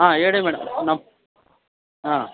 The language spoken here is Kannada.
ಆಂ ಹೇಳಿ ಮೇಡಮ್ ನಾವು ಹಾಂ